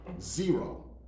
zero